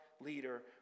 leader